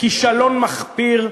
כישלון מחפיר,